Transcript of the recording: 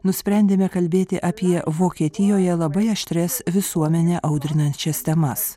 nusprendėme kalbėti apie vokietijoje labai aštrias visuomenę audrinančias temas